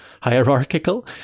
hierarchical